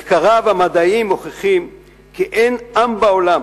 מחקריו המדעיים מוכיחים כי אין עם בעולם